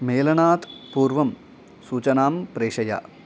मेलनात् पूर्वं सूचनां प्रेषय